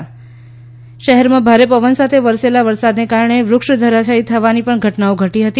મોડાસા શહેરમાં ભારે પવન સાથે વરસેલા વરસાદને કારણે વૃક્ષ ધરાશાયી થવાની ઘટનાઓ પણ ઘટતી હતી